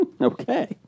Okay